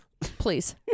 Please